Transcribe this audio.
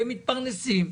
שמתפרנסים,